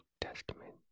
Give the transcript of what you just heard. Testament